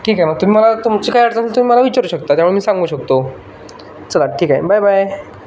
ठीक आहे मग तुम्ही मला तुमची काय अडचण तुम्ही मला विचारू शकता त्यामुळं मी सांगू शकतो चला ठीक आहे बाय बाय